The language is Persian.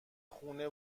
خونه